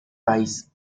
país